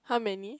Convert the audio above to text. how many